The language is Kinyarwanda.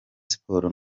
siporo